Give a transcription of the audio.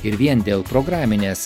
ir vien dėl programinės